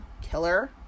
killer